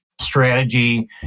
strategy